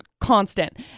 constant